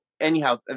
anyhow